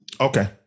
Okay